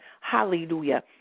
hallelujah